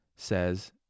Says